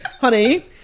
honey